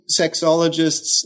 sexologists